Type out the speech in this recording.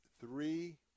three